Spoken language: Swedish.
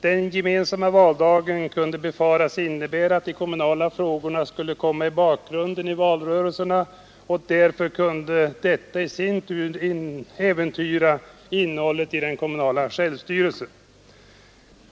Den gemensamma valdagen kunde befaras innebära att de kommunala frågorna skulle komma i bakgrunden i valrörelserna, och därför kunde detta i sin tur äventyra innehållet i den kommunala självstyrelsen.